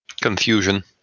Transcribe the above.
Confusion